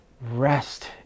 rest